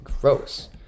Gross